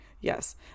Yes